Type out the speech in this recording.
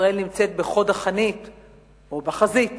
ישראל נמצאת בחוד החנית או בחזית